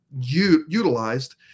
utilized